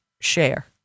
share